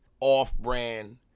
off-brand